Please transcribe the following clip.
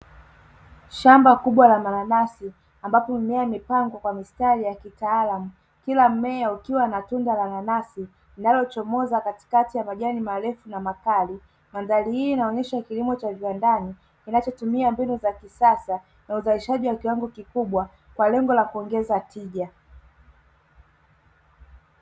Shamba kubwa la mananasi ambapo mimea imepangwa kwa mistari ya kitaalamu, kila mmea ukiwa na tunda la nanasi linalochomoza katikati ya majani marefu na makali. Mandhari hii inaonyesha kilimo cha viwandani kinachotumia mbinu za kisasa za uzalishaji wa kiwango kikubwa kwa lengo la kuongeza tija.